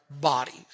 bodies